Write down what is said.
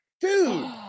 Dude